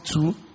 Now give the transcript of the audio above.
two